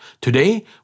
Today